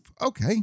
okay